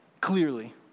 clearly